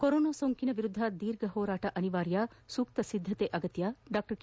corona ಸೋಂಕಿನ ವಿರುದ್ದ ದೀರ್ಘ ಹೋರಾಟ ಅನಿವಾರ್ಯ ಸೂಕ್ತ ಸಿದ್ದತೆ ಅಗತ್ಯ ಡಾ ಕೆ